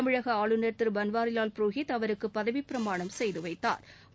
தமிழக ஆளுநர் திரு பன்வாரிலால் புரோஹித் அவருக்கு பதவிப் பிரமாணம் செய்து வைத்தாா்